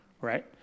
right